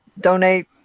donate